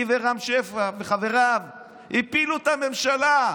היא ורם שפע וחבריו הפילו את הממשלה,